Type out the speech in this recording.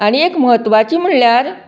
आनी एक म्हत्वाचे म्हळ्यार